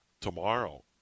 tomorrow